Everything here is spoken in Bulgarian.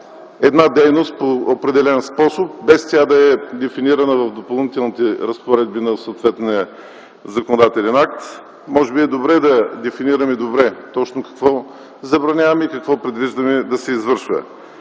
една дейност по определен способ, без тя да е дефинирана в Допълнителните разпоредби на съответния законодателен акт. Може би е добре да дефинираме ясно точно какво забраняваме и какво предвиждаме да се извършва.